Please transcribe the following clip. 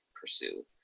pursue